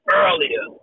earlier